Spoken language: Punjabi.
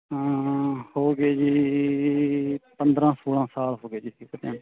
ਹੋ ਗਏ ਜੀ ਪੰਦਰਾਂ ਸੋਲਾਂ ਸਾਲ ਹੋ ਗਏ ਜੀ ਖੇਡਦਿਆਂ